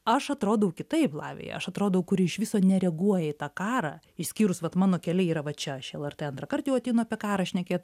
aš atrodau kitaip lavija aš atrodau kuri iš viso nereaguoja į tą karą išskyrus vat mano keliai yra va čia aš į lrt antrąkart jau ateinu apie karą šnekėt